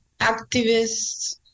activists